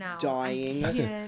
dying